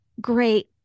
great